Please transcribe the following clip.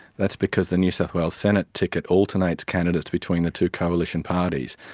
that's because the new south wales senate ticket alternates candidates between the two coalition parties.